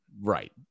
Right